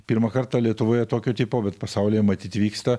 pirmą kartą lietuvoje tokio tipo bet pasaulyje matyt vyksta